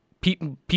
people